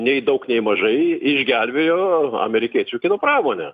nei daug nei mažai išgelbėjo amerikiečių kino pramonę